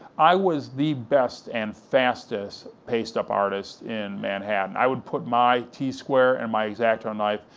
i was the best and fastest paste up artist in manhattan, i would put my t-square and my x-acto knife,